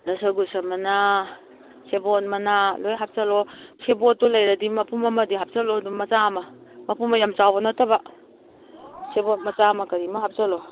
ꯗꯁꯀꯨꯁ ꯃꯅꯥ ꯁꯦꯕꯣꯠ ꯃꯅꯥ ꯂꯣꯏ ꯍꯥꯞꯆꯜꯂꯣ ꯁꯦꯕꯣꯠꯇꯣ ꯂꯩꯔꯗꯤ ꯃꯄꯨꯝ ꯑꯃꯗꯤ ꯍꯥꯞꯆꯜꯂꯣ ꯑꯗꯨꯝ ꯃꯆꯥ ꯑꯃ ꯃꯄꯨꯝꯒ ꯌꯥꯝ ꯆꯥꯎꯕ ꯅꯠꯇꯕ ꯁꯦꯕꯣꯠ ꯃꯆꯥ ꯑꯃ ꯀꯔꯤ ꯑꯃ ꯍꯥꯞꯆꯜꯂꯣ